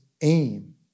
aim